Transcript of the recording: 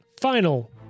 Final